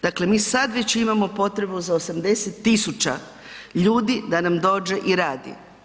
Dakle, mi sad već imamo potrebu za 80 tisuća ljudi da nam dođe i radi.